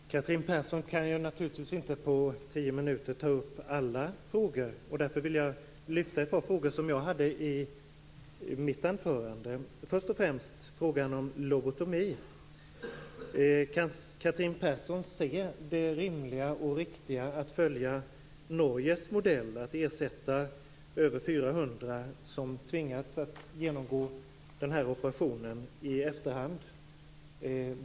Fru talman! Catherine Persson kan naturligtvis inte på tio minuter ta upp alla frågor. Därför vill jag lyfta fram ett par frågor som jag nämnde i mitt anförande, först och främst frågan om lobotomi. Kan Catherine Persson se det rimliga och riktiga i att följa Norges modell, att i efterhand ersätta de över 400 som tvingats att genomgå en sådan operation?